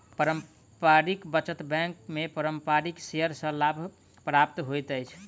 पारस्परिक बचत बैंक में पारस्परिक शेयर सॅ लाभ प्राप्त होइत अछि